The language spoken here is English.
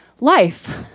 life